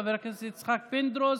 חבר הכנסת יצחק פינדרוס.